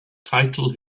title